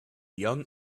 young